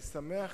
אני שמח